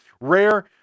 rare